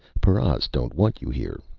paras don't want you here.